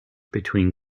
between